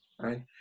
right